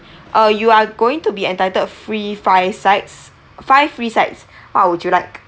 uh you are going to be entitled free five sides five free sides what would you like